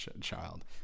child